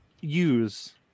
use